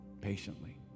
patiently